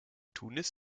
tunis